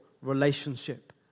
relationship